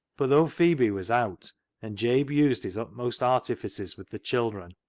but though phebe was out and jabe used his utmost artifices with the children,